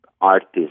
artist